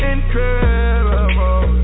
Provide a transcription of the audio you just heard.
Incredible